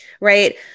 Right